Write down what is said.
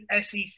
SEC